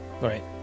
Right